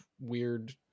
weird